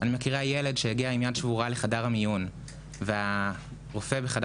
אני מכירה ילד שהגיע עם יד שבורה לחדר המיון והרופא בחדר